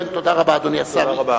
ועדת חוץ וביטחון.